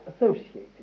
associated